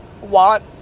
want